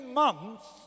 months